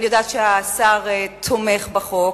אני יודעת שהשר תומך בחוק,